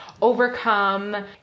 Overcome